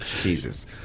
Jesus